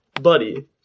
buddy